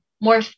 more